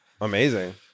Amazing